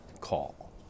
call